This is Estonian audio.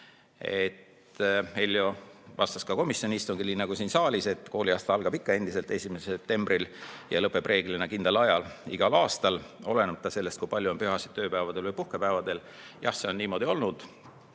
Heljo vastas ka komisjoni istungil nii nagu siin saalis, et kooliaasta algab ikka endiselt 1. septembril ja lõpeb reeglina kindlal ajal igal aastal, olenemata sellest, kui palju on pühasid tööpäevadel ja kui palju puhkepäevadel. Jah, see on niimoodi olnud,